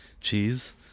cheese